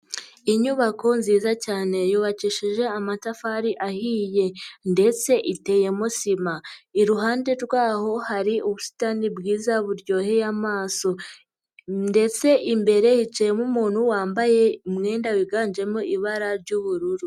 Inyubako nziza cyane yubakishije amatafari ahiye ndetse iteyemo sima, iruhande rwaho hari ubusitani bwiza buryoheye amaso ndetse imbere hicayemo umuntu wambaye umwenda wiganjemo ibara ry'ubururu.